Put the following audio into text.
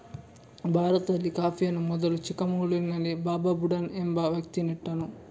ಭಾರತದಲ್ಲಿ ಕಾಫಿಯನ್ನು ಮೊದಲು ಚಿಕ್ಕಮಗಳೂರಿನಲ್ಲಿ ಬಾಬಾ ಬುಡನ್ ಎಂಬ ವ್ಯಕ್ತಿ ನೆಟ್ಟನು